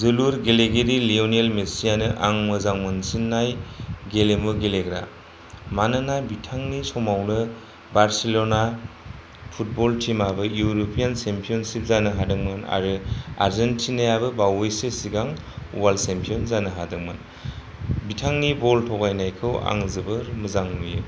जोलुर गेलेगिरि लेवनियेल मेसि आनो आं मोजां मोनसिननाय गेलेमु गेलेग्रा मानोना बिथांनि समावनो बारसिलना फुटबल टिम आबो इउर'पियान चेमपियनचिप जानो हादोंमोन आरो आरजेनटिना याबो बावैसो सिगां वार्लड चेमपियन जानो हादोंमोन बिथांनि बल थगायनायखौ आङो जोबोद मोजां नुयो